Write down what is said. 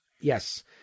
Yes